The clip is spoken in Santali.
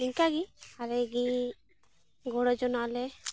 ᱱᱮᱝᱠᱟᱜᱮ ᱟᱞᱮᱜᱮ ᱜᱚᱲᱚᱡᱚᱱᱟᱜ ᱟᱞᱮ